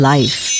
Life